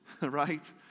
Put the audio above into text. right